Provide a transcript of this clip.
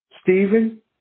Stephen